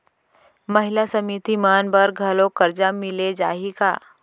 महिला समिति मन बर घलो करजा मिले जाही का?